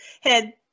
head